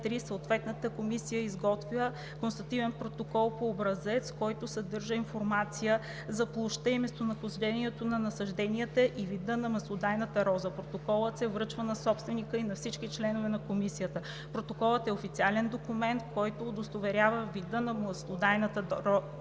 съответната комисия изготвя констативен протокол по образец, който съдържа информация за площта и местонахождението на насажденията и вида на маслодайната роза. Протоколът се връчва на собственика и на всички членове на комисията. Протоколът е официален документ, който удостоверява вида на маслодайната роза.